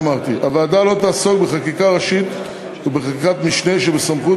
הוועדה לא תעסוק בחקיקה ראשית ובחקיקת משנה שבסמכות